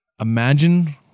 Imagine